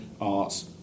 arts